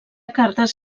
cartes